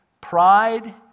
pride